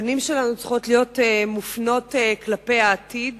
הפנים שלנו צריכות להיות מופנות כלפי העתיד.